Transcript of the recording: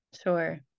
Sure